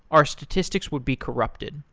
our statistics would be corrupted.